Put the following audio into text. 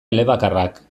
elebakarrak